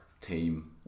team